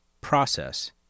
process